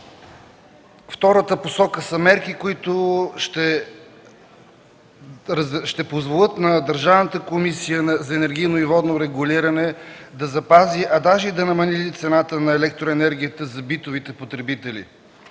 Втората посока са мерки, които ще позволят на Държавната комисия за енергийно и водно регулиране да запази, даже и да намали цената на електроенергията за битовите потребители.